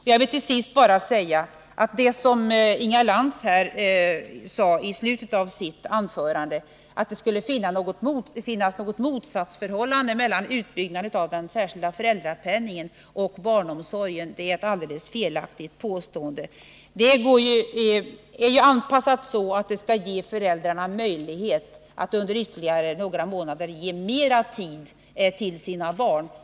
Till sist vill jag bara påpeka att det Inga Lantz sade i slutet av sitt anförande, om att det skulle finnas något motsatsförhållande mellan utbyggnaden av den särskilda föräldrapenningen och barnomsorgen, är ett helt felaktigt påstående. Beslutet om den särskilda föräldrapenningen är avpassat så att det skall ge föräldrarna möjlighet att under ytterligare några månader ge mer tid till sina barn.